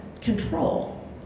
control